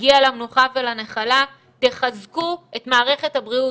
נגיע למנוחה והנחלה, תחזקו את מערכת הבריאות.